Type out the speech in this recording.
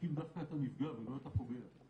מרחיקים דווקא את הנפגע ולא את הפוגע,